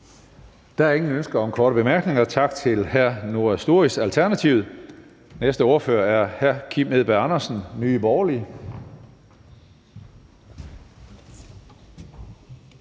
Der er ingen ønsker om korte bemærkninger. Tak til hr. Noah Sturis, Alternativet. Næste ordfører er hr. Kim Edberg Andersen, Nye Borgerlige.